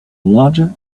larger